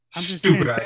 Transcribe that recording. Stupid